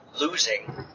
losing